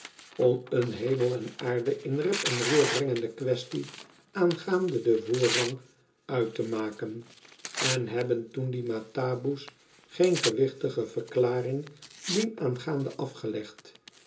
om een hemel en aarde in rep en roer brengende quaestie aangaande den voorrang uit te maken en hebben toen die mataboe's geen gewichtige verklaring dienaangaande afgelegd